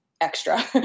extra